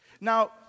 Now